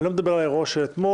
אני לא מדבר על האירוע של אתמול,